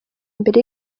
mbere